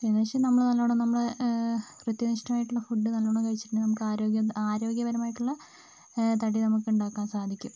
പിന്നെന്നു വെച്ചാൽ നമ്മൾ നല്ലോണം നമ്മൾ കൃത്യനിഷ്ടം ആയിട്ടുള്ള ഫുഡ് നല്ലോണം കഴിച്ചിട്ടുണ്ടെങ്കിൽ നമുക്ക് ആരോഗ്യ ആരോഗ്യപരമായിട്ടുള്ള തടി നമുക്കുണ്ടാക്കാൻ സാധിക്കും